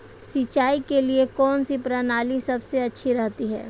सिंचाई के लिए कौनसी प्रणाली सबसे अच्छी रहती है?